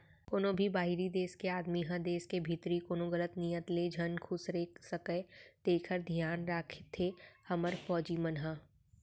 कोनों भी बाहिरी देस के आदमी ह देस के भीतरी कोनो गलत नियत ले झन खुसरे सकय तेकर धियान राखथे हमर फौजी मन ह